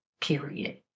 period